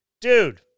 dude